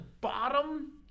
bottom